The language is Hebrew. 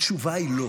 התשובה היא לא.